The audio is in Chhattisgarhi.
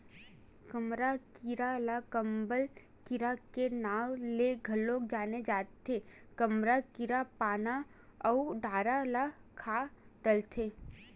कमरा कीरा ल कंबल कीरा के नांव ले घलो जाने जाथे, कमरा कीरा पाना अउ डारा ल खा डरथे